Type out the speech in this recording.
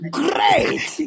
great